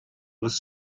was